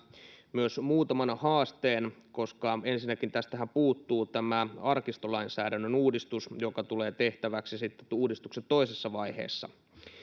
myös muutaman haasteen koska ensinnäkin tästähän puuttuu tämä arkistolainsäädännön uudistus joka tulee tehtäväksi sitten uudistuksen toisessa vaiheessa